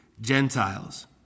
Gentiles